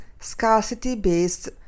scarcity-based